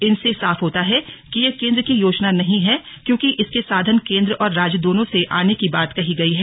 इनसे साफ होता है कि यह केंद्र की योजना नहीं है क्योंकि इसके साधन केंद्र और राज्य दोनों से आने की बात कही गई है